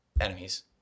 enemies